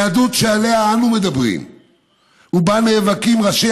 היהדות שעליה אנו מדברים ובה נאבקים ראשי